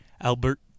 Albert